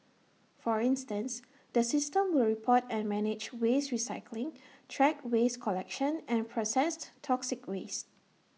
for instance the system will report and manage waste recycling track waste collection and processed toxic waste